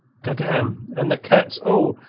goddam! and the cats oh,